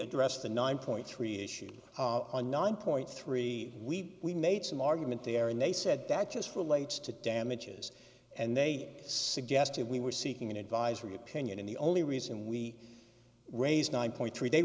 address the nine point three issue on nine point three we we made some argument there and they said that just relates to damages and they suggested we were seeking an advisory opinion in the only reason we raised nine point three